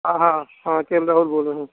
हाँ हाँ हाँ के एल राहुल बोल रहे हैं